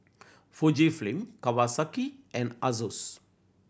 Fujifilm Kawasaki and Asus